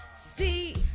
See